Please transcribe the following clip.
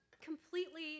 completely